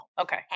Okay